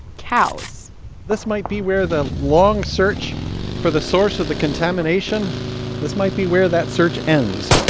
cows this might be where the long search for the source of the contamination this might be where that search ends.